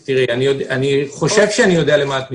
אני חושב שאני יודע אל מה את מתכוונת.